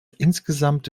insgesamt